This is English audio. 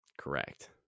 Correct